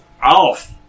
off